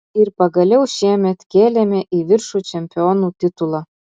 ir pagaliau šiemet kėlėme į viršų čempionų titulą